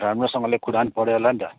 राम्रोसँगले कुरान पढ्यो होला नि त